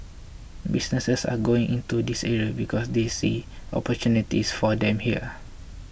businesses are going into this area because they see opportunities for them here